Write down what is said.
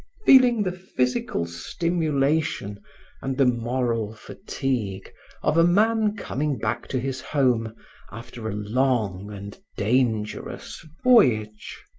feeling the physical stimulation and the moral fatigue of a man coming back to his home after a long and dangerous voyage.